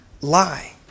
lie